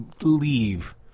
leave